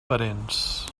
parents